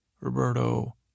roberto